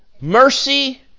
mercy